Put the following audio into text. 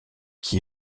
qui